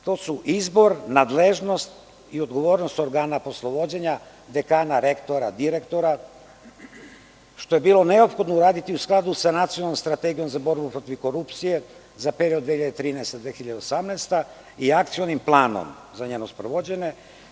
To su izbor, nadležnost i odgovornost organa poslovođenja dekana, rektora, direktora, što je bilo neophodno uraditi u skladu sa Nacionalnom strategijom za borbu protiv korupcije za period 2013/2018. godine i Akcionim planom za njeno sprovođenje.